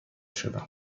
شدم